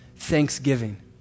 Thanksgiving